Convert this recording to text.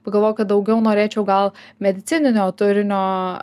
pagalvoju kad daugiau norėčiau gal medicininio turinio